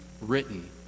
written